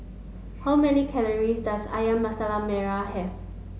how many calorie does Ayam Merah have